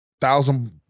thousand